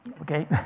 okay